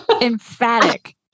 Emphatic